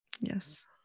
Yes